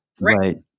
right